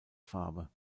farbe